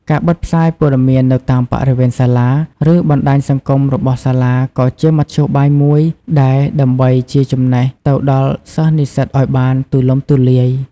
ការបិទផ្សាយព័ត៌មាននៅតាមបរិវេណសាលា ឬបណ្តាញសង្គមរបស់សាលាក៏ជាមធ្យោបាយមួយដែរដើម្បីជាចំណេះទៅដល់និស្សិតឱ្យបានទូលំទូលាយ។